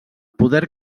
poder